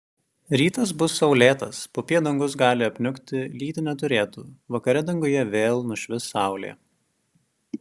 rytas bus saulėtas popiet dangus gali apniukti lyti neturėtų vakare danguje vėl nušvis saulė